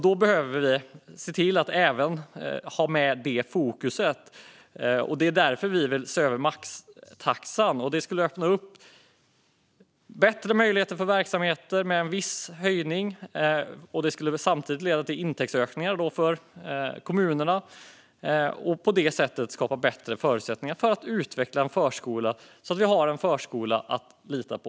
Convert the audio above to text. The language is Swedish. Vi behöver därför ha med också detta fokus. Därför vill vi se över maxtaxan. En viss höjning skulle öppna för bättre möjligheter för verksamheterna. Det skulle samtidigt leda till intäktsökningar för kommunerna. På så vis skapas bättre förutsättningar för att utveckla förskolan så att vi har en förskola att lita på.